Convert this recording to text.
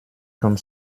kann